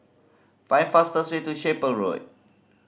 find fastest way to Chapel Road